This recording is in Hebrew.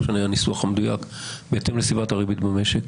לא משנה הניסוח המדויק כרגע "בהתאם לסביבת הריבית במשק"?